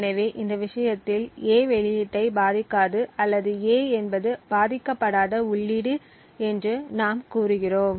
எனவே இந்த விஷயத்தில் A வெளியீட்டை பாதிக்காது அல்லது A என்பது பாதிக்கப்படாத உள்ளீடு என்று நாம் கூறுகிறோம்